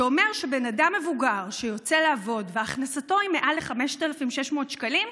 שאומר שבן אדם מבוגר שיוצא לעבוד והכנסתו היא מעל ל-5,600 שקלים,